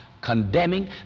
condemning